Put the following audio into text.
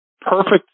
perfect